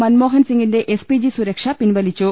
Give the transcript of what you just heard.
മൻമോഹൻസിംഗിന്റെ SPG സുരക്ഷ പിൻവലിച്ചു